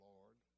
Lord